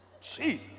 Jesus